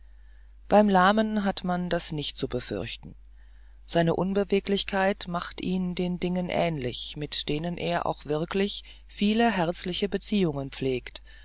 beim lahmen hat man das nicht zu befürchten seine unbeweglichkeit macht ihn den dingen ähnlich mit denen er auch wirklich viele herzliche beziehungen pflegt